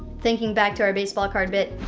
thinking back to our baseball card bit,